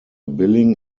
billing